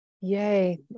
Yay